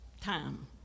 time